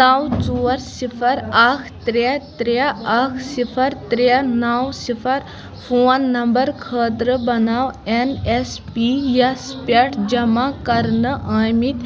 نو ژور صِفَر اَکھ ترٛےٚ ترٛےٚ اَکھ صِفَر ترٛےٚ نَو صِفَر فون نمبر خٲطرٕ بناو این ایس پی یَس پٮ۪ٹھ جمع کرنہٕ آمٕتۍ